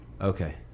okay